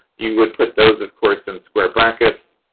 you would put those, of course, in square brackets.